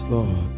Lord